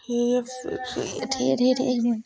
ठीक ऐ फिर ठीक ऐ ठीक ऐ ठीक ऐ